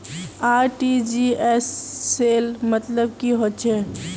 RTGS सेल मतलब की होचए?